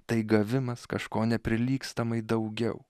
tai gavimas kažko neprilygstamai daugiau